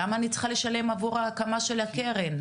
למה אני צריכה לשלם עבור ההקמה של הקרן?